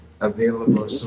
available